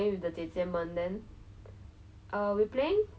it really brings back like this memory in primary school where